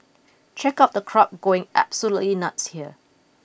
check out the crowd going absolutely nuts here